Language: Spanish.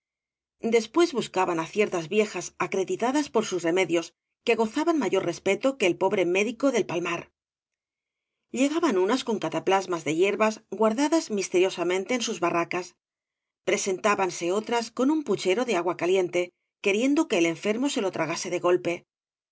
después buscaban á ciertas viejas acreditadas por bus remedios que gozaban mayor respeto que el pobre medido del palmar llegaban unas on cataplasmas de hierbas guardadas misteriosamente en sus barracas presentábanse otras con un puchero de agua caliente quriendo que el enfermo se lo tragase de golpe la